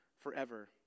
forever